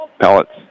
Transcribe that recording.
Pellets